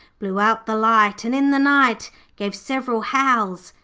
blew out the light, and in the night gave several howls,